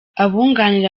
abunganira